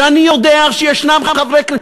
שאני יודע שישנם חברי כנסת,